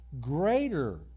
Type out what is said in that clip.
greater